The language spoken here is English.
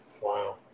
Wow